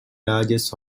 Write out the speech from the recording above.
largest